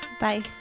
bye